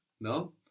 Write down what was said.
no